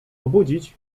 obudzić